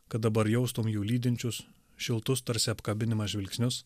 kad dabar jaustum jų lydinčius šiltus tarsi apkabinimas žvilgsnius